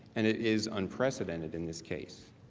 and it is unprecedented in this case.